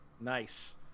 nice